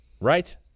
Right